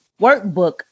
workbook